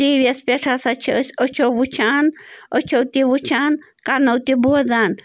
T V یَس پٮ۪ٹھ ہسا چھِ أسۍ أچھو وٕچھان أچھو تہِ وٕچھان کَنَو تہِ بوزان